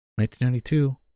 1992